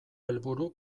helburu